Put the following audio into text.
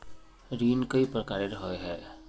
ऋण कई प्रकार होए है?